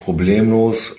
problemlos